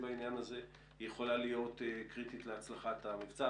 העניין הזה יכולה להיות קריטית להצלחת המבצע.